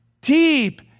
deep